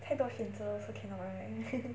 太多选择 also cannot right